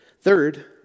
Third